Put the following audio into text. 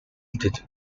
did